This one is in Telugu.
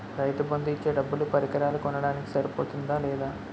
రైతు బందు ఇచ్చే డబ్బులు పరికరాలు కొనడానికి సరిపోతుందా లేదా?